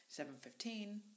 7.15